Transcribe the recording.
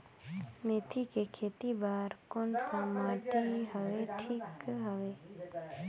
मेथी के खेती बार कोन सा माटी हवे ठीक हवे?